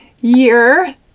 year